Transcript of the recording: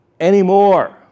anymore